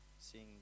seeing